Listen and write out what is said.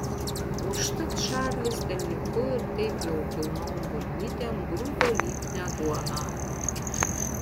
užtat čarlis delniuku ir taip jau pilnon burnytėn grūdo lipnią duoną